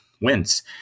wins